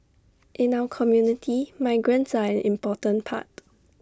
in our community migrants are an important part